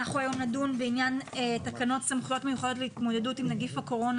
אנחנו נדון היום בתקנות סמכויות מיוחדות להתמודדות עם נגיף הקורונה